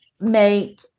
make